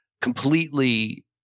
completely